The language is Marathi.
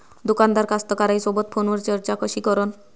दुकानदार कास्तकाराइसोबत फोनवर चर्चा कशी करन?